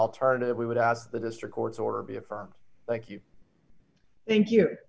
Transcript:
alternative we would ask the district court's order be affirmed thank you thank you